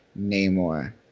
Namor